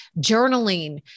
journaling